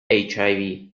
hiv